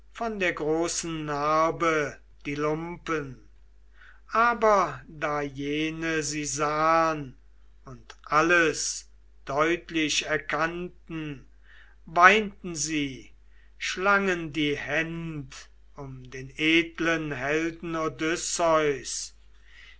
von der großen narbe die lumpen aber da jene sie sahn und alles deutlich erkannten weinten sie schlangen die händ um den edlen